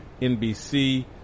NBC